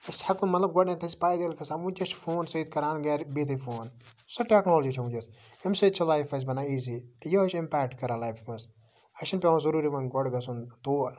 أسۍ ہیٚکو مَطلَب گۄڈنیٚتھ ٲسۍ پایدٔلۍ کھَسان ونکٮ۪س چھِ فون سۭتۍ کَران گَرِ بِہتی فون سۄ ٹیٚکنالجی چھِ ونکٮ۪س امہِ سۭتۍ چھِ لایف اَسہِ بَنان ایٖزی یہوٚے چھ اِمپیٚکٹ کَران لایفہِ مَنٛز اَسہِ چھُنہٕ پیٚوان ضوٚروٗری وۄنۍ گۄڈٕ گَژھُن تور